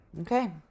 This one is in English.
Okay